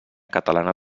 catalana